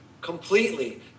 completely